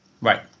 Right